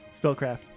Spellcraft